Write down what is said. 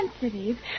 sensitive